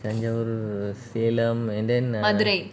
தஞ்சாவூர் சேலம் இது என்ன:thanjavoor selam idhu enna and then err